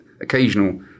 occasional